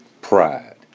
Pride